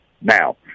Now